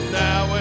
now